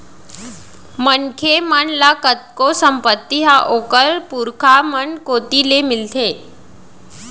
मनखे मन ल कतको संपत्ति ह ओखर पुरखा मन कोती ले मिलथे